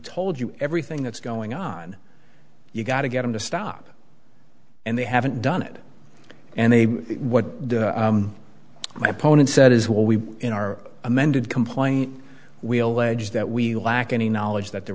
told you everything that's going on you got to get him to stop and they haven't done it and they what my opponent said is will we in our amended complaint we'll ledge that we lack any knowledge that there